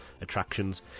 attractions